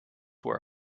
where